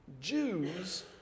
Jews